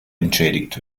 entschädigt